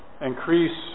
increase